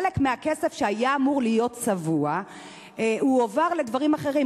חלק מהכסף שהיה אמור להיות צבוע הועבר לדברים אחרים,